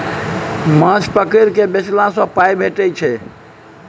माछ पकरि केँ बेचला सँ पाइ भेटै छै